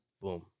Boom